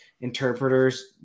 interpreters